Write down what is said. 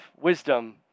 wisdom